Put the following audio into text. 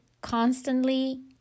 constantly